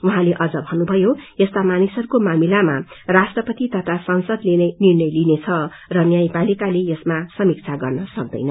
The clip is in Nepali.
उहाँले भन्नुभयो यसता मानिसहरूको मामिलामा राष्ट्रपति तथा संसदले नै फैसला गर्न सक्छछ र न्यायपालिकाले यसको समीक्षा गर्न सक्दैन